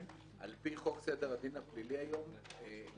על פי חוק סדר הדין הפלילי היום תובע,